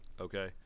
okay